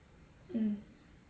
mm